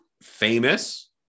famous